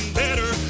better